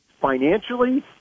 financially